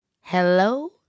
hello